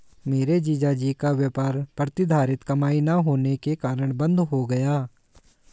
मेरे जीजा जी का व्यापार प्रतिधरित कमाई ना होने के कारण बंद हो गया